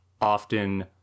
often